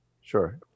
sure